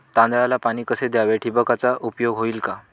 तांदळाला पाणी कसे द्यावे? ठिबकचा उपयोग होईल का?